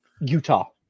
Utah